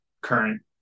current